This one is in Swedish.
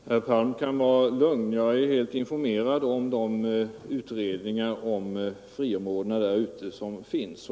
Herr talman! Herr Palm kan vara lugn: Jag är informerad om de utredningar om friområdena därute som finns.